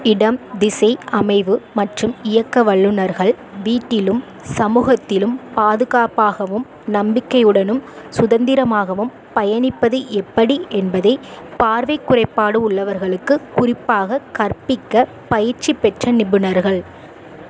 இடம் திசை அமைவு மற்றும் இயக்க வல்லுநர்கள் வீட்டிலும் சமூகத்திலும் பாதுகாப்பாகவும் நம்பிக்கையுடனும் சுதந்திரமாகவும் பயணிப்பது எப்படி என்பதை பார்வைக் குறைபாடு உள்ளவர்களுக்குக் குறிப்பாக கற்பிக்க பயிற்சி பெற்ற நிபுணர்கள்